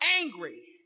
angry